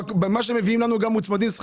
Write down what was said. במה שמביאים לנו פה יש גם את שכר